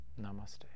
Namaste